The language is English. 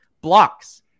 Blocks